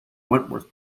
wentworth